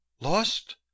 Lost